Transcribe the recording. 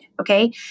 Okay